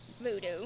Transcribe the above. voodoo